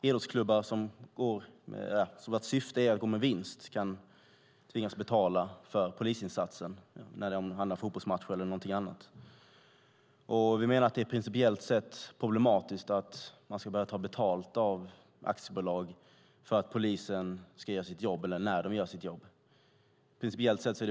Idrottsklubbar vars syfte är att gå med vinst kan tvingas betala för polisinsatsen vid en fotbollsmatch eller någonting annat. Vi menar att det principiellt sett är problematiskt att man börjar ta betalt av aktiebolag när polisen gör sitt jobb. Det är mycket tveksamt principiellt sett.